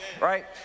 right